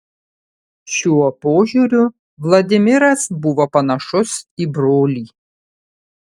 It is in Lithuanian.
šiuo požiūriu vladimiras buvo panašus į brolį